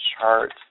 chart